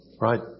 Right